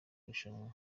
irushanwa